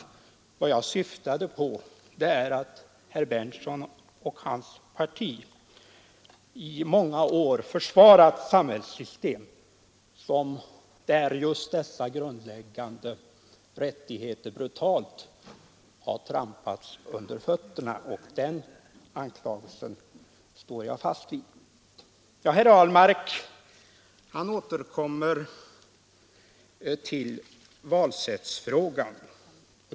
Vad jag syftade på är att herr Berndtson och hans parti i många år försvarat ett samhällssystem, som brutalt har trampat dessa grundläggande rättigheter under fötterna. Den anklagelsen står jag fast vid. Herr Ahlmark återkommer till frågan om valsättet.